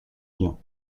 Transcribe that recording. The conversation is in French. biens